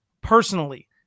Personally